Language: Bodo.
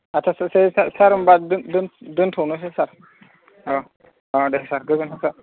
आटसा सार होम्बा दोनथ'नोसै सार औ औ दे सार गोजोन्थों सार